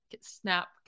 Snap